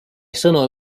sõnul